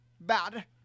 bad